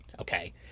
Okay